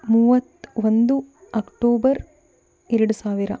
ಮೂವತ್ತ ಒಂದು ಅಕ್ಟೋಬರ್ ಎರಡು ಸಾವಿರ